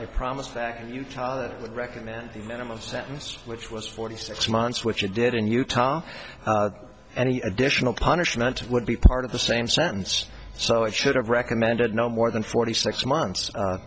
a promise fact that you would recommend minimum sentence which was forty six months which you did in utah any additional punishment would be part of the same sentence so it should have recommended no more than forty six months